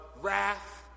wrath